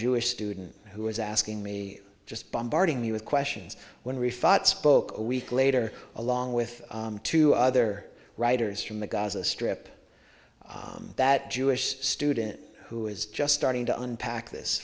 jewish student who was asking me just bombarding you with questions when we fought spoke a week later along with two other writers from the gaza strip that jewish student who is just starting to unpack this